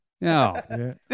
No